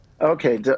Okay